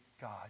God